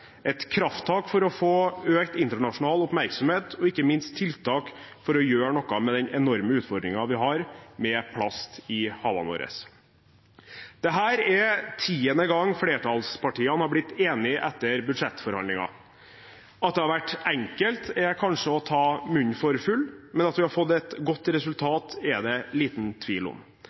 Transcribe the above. et krafttak for å få økt internasjonal oppmerksomhet og ikke minst tiltak for å gjøre noe med den enorme utfordringen vi har med plast i havene våre. Dette er resultatet tiende gang flertallspartiene har blitt enige etter budsjettforhandlinger. At det har vært enkelt, er kanskje å ta munnen for full, men at vi har fått et godt resultat, er det liten tvil om.